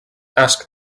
ask